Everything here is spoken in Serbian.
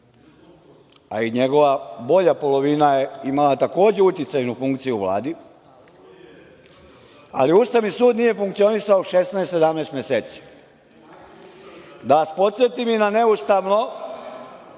a i njegova bolja polovina je imala takođe uticajnu funkciju u Vladi, ali Ustavni sud nije funkcionisao 16, 17 meseci. Da vas podsetim i na neustavno